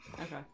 Okay